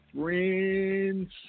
Friends